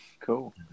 Cool